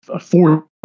four